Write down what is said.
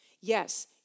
Yes